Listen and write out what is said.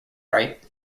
right